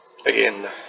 Again